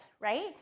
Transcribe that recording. right